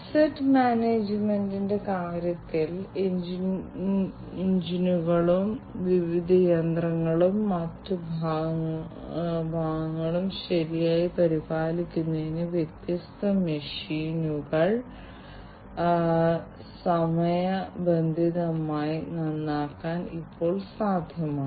cyber സുരക്ഷ എന്നത് ഞാൻ നിങ്ങളോട് പറഞ്ഞിട്ടുള്ള കാര്യമാണ് ഞങ്ങൾ സംസാരിക്കുന്നത് വിവിധ ഉപകരണങ്ങളുടെ നന്നായി കണക്റ്റുചെയ്ത ഇന്റർനെറ്റ് പ്രവർത്തന ലോകത്തെക്കുറിച്ചാണ് വ്യവസായത്തിൽ പ്രവർത്തിക്കുന്ന മെഷീനുകൾ ഞങ്ങൾ ഈ നെറ്റ്വർക്ക് സജ്ജീകരിച്ചുകഴിഞ്ഞാൽ ഞങ്ങൾ വ്യത്യസ്ത സുരക്ഷാ പ്രശ്നങ്ങൾ അവതരിപ്പിക്കാൻ സാധ്യതയുണ്ട്